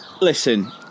Listen